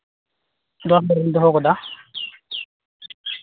ᱫᱚᱥ ᱦᱟᱡᱟᱨᱤᱧ ᱫᱚᱦᱚ ᱠᱟᱫᱟ